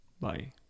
Bye